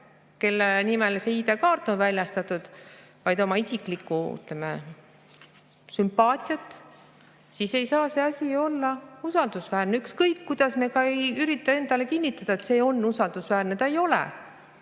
kellele see ID‑kaart on väljastatud, vaid oma isiklikku sümpaatiat, siis ei saa see asi olla usaldusväärne. Ükskõik kuidas me ka ei ürita endale kinnitada, et see on usaldusväärne, ta ei ole.